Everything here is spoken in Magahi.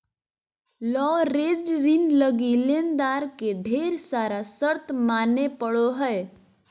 लवरेज्ड ऋण लगी लेनदार के ढेर सारा शर्त माने पड़ो हय